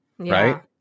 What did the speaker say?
Right